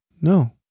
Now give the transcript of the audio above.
No